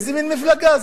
איזה מין מפלגה זאת?